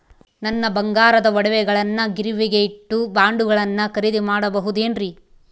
ನನ್ನ ಬಂಗಾರದ ಒಡವೆಗಳನ್ನ ಗಿರಿವಿಗೆ ಇಟ್ಟು ಬಾಂಡುಗಳನ್ನ ಖರೇದಿ ಮಾಡಬಹುದೇನ್ರಿ?